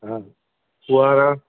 हा फुआरा